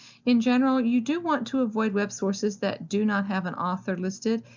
in general you do want to avoid web sources that do not have an author listed.